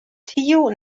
tiu